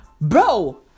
bro